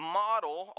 model